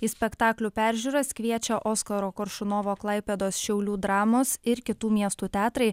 į spektaklių peržiūras kviečia oskaro koršunovo klaipėdos šiaulių dramos ir kitų miestų teatrai